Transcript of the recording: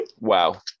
Wow